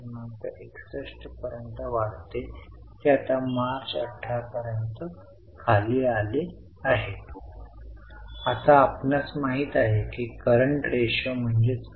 कंपनीला 17 वजा 3 प्राप्त झाला जो म्हणजे 14 आहे तो तुमची डिबेंचरमधून ओघ आहे समजत आहे